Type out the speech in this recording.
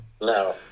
No